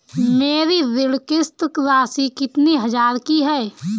मेरी ऋण किश्त राशि कितनी हजार की है?